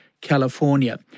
California